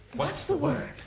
what's the word?